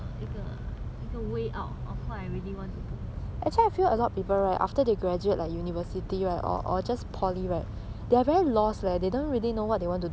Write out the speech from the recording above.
I really want to do